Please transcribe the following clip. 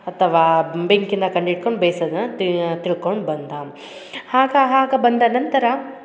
ಅಥವಾ ಬೆಂಕಿನ ಕಂಡು ಹಿಡ್ಕೊಂಡು ಬೇಯ್ಸೋದನ್ನ ತಿಳ್ಕೊಂಡು ಬಂದ ಆಗ ಹಾಗೆ ಬಂದ ನಂತರ